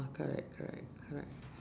correct correct correct